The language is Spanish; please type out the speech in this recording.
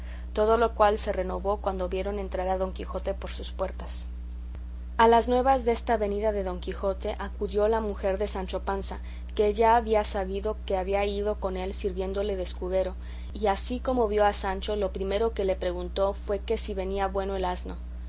todo lo cual se renovó cuando vieron entrar a don quijote por sus puertas a las nuevas desta venida de don quijote acudió la mujer de sancho panza que ya había sabido que había ido con él sirviéndole de escudero y así como vio a sancho lo primero que le preguntó fue que si venía bueno el asno